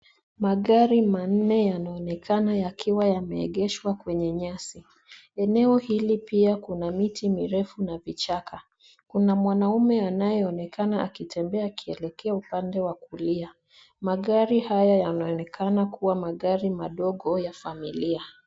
Magari manne yanaonekana yakiwa yameegeshwa kwenye nyasi. Eneo hili pia kuna miti mirefu na vichaka. kuna mwanaume anayeonekana akitembea akielekea upande wa kulia. Magari haya yanaonekana kuwa magari madogo ya familia.